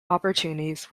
opportunities